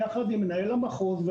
יחד עם מנהל המחוז,